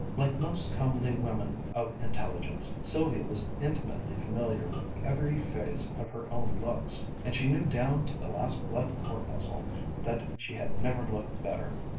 like most comely women of intelligence sylvia was intimately familiar with every phase of her own looks, and she knew down to the last blood-corpuscle that she had never looked better.